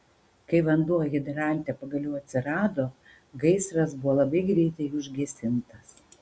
kai vanduo hidrante pagaliau atsirado gaisras buvo labai greitai užgesintas